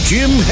Jim